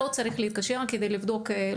האדם לא צריך להתקשר כדי לבדוק?